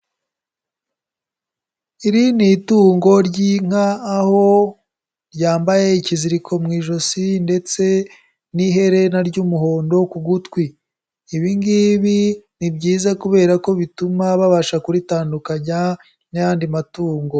Iri ni itungo ry'inka, aho ryambaye ikiziriko mu ijosi ndetse n'iherena ry'umuhondo ku gutwi, ibi ngibi ni byiza kubera ko bituma babasha kuritandukanya n'ayandi matungo.